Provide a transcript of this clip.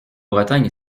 bretagne